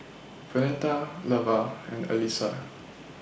Vernetta Lavar and Allyssa